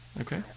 Okay